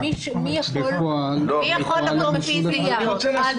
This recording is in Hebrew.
בפועל הם יצאו